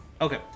Okay